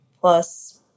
plus